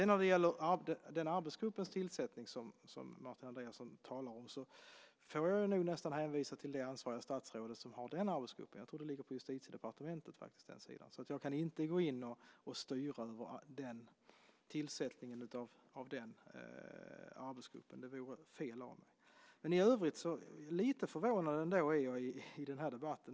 När det gäller tillsättningen av den arbetsgrupp som Martin Andreasson talar om får jag nog hänvisa till det ansvariga statsråd som har den arbetsgruppen. Jag tror att det ligger på Justitiedepartementet. Så jag kan inte gå in och styra över tillsättningen av den arbetsgruppen. Det vore fel. Jag är lite förvånad ändå i den här debatten.